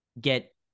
get